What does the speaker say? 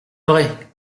vrai